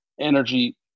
energy